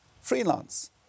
freelance